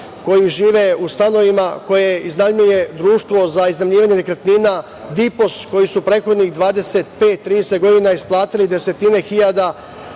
koji žive u stanovima koje iznajmljuje društvo za iznajmljivanje nekretnina "Dipos" koji su prethodnih 25, 30 godina isplatili desetine hiljada